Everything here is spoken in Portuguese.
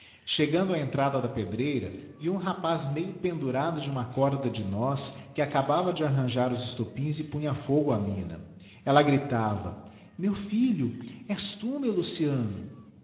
chegando á entrada da pedreira viu um rapaz meio pendurado de uma corda de nós que acabava de arranjar os estopins e punha fogo á mina eua gritava meu filho e's tu meu luciano